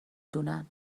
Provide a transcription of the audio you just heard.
دونن